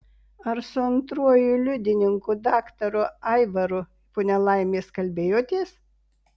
ar su antruoju liudininku daktaru aivaru po nelaimės kalbėjotės